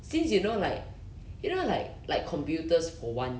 since you know like you know like like computers for one